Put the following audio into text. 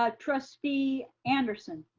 ah trustee anderson.